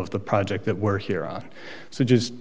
of the project that we're here on so just